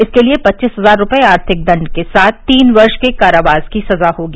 इसके लिए पच्चीस हजार रुपये आर्थिक दंड के साथ तीन वर्ष के कारावास की सजा होगी